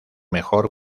mejor